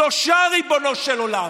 שלושה, ריבונו של עולם.